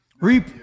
reap